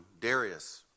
Darius